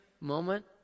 moment